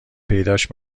پیداش